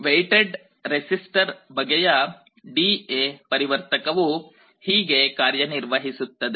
weighted resistor ಬಗೆಯ DA ಪರಿವರ್ತಕವುDA converter ಹೀಗೆ ಕಾರ್ಯನಿರ್ವಹಿಸುತ್ತವೆ